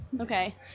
Okay